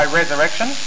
resurrection